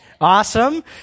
Awesome